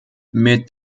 mit